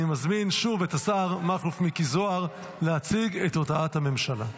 אני מזמין שוב את השר מיקי מכלוף זוהר להציג את עמדת הממשלה.